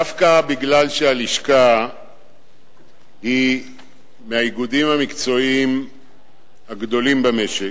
דווקא בגלל שהלשכה היא מהאיגודים המקצועיים הגדולים במשק,